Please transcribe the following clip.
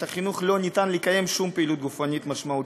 החינוך לא ניתן לקיים שום פעילות גופנית משמעותית.